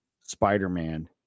spider-man